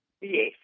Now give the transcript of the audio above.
Yes